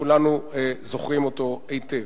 שכולנו זוכרים אותו היטב.